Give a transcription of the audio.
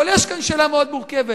אבל יש כאן שאלה מאוד מורכבת.